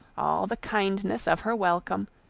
all the kindness of her welcome,